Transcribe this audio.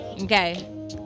okay